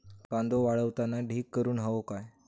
कांदो वाळवताना ढीग करून हवो काय?